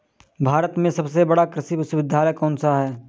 भारत में सबसे बड़ा कृषि विश्वविद्यालय कौनसा है?